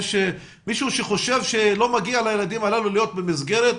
יש מישהו שחושב שלא מגיע לילדים הללו להיות במסגרת?